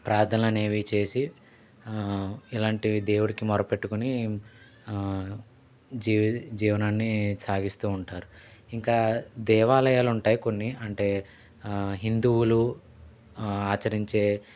ప్రార్థనలనేవి చేసి ఇలాంటివి దేవుడికి మొరపెట్టుకొని జీవ్ జీవనాన్ని సాగిస్తూ ఉంటారు ఇంకా దేవాలయాలుంటాయ్ కొన్ని అంటే హిందువులు ఆచరించే